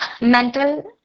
mental